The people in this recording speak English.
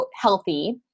healthy